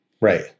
Right